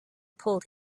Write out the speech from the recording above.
pulled